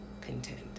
content